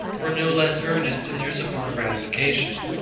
were no less earnest in their support of ratification.